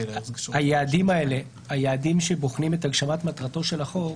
היעדים שבוחנים את הגשמת מטרתו של החוק,